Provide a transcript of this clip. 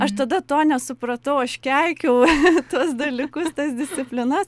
aš tada to nesupratau aš keikiau tuos dalykus tas disciplinas